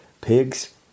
pigs